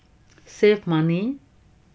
save money